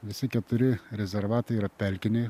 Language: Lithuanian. visi keturi rezervatai yra pelkiniai